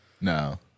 No